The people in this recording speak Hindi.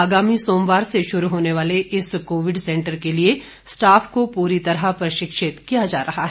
आगामी सोमवार से शुरू होने वाले इस कोविड सेंटर के लिए स्टाफ को पूरी तरह प्रशिक्षित किया जा रहा है